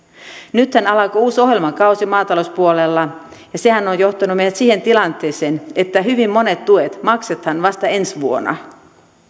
nythän alkoi uusi ohjelmakausi maatalouspuolella ja sehän on johtanut meidät siihen tilanteeseen että hyvin monet tuet maksetaan vasta ensi vuonna